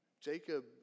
Jacob